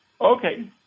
Okay